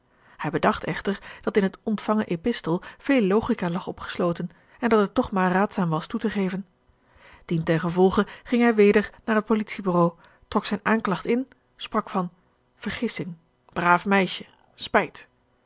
hij bedacht echter dat in het ontvangen epistel veel logica lag opgesloten en dat het toch maar raadzaam was toe te geven dientengevolge ging hij weder naar het politiebureau trok zijne aanklagt in sprak van vergissing braaf meisje spijt